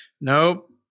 nope